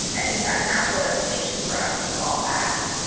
i think that natural inclination for us to fall back,